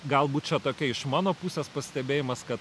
galbūt čia tokia iš mano pusės pastebėjimas kad